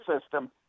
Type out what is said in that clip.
system